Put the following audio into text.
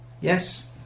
yes